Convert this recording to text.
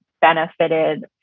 benefited